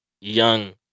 young